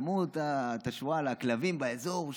שמעו את השועל הכלבים באזור.